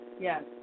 yes